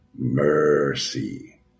mercy